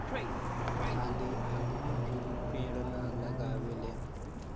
खाली आदमी भी पेड़ ना लगावेलेन